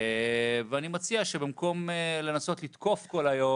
אני מציע שבמקום לנסות לתקוף כל היום